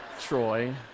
Troy